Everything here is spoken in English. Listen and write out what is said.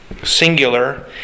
singular